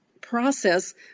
process